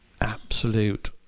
absolute